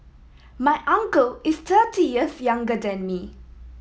my uncle is thirty years younger than me